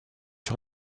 sur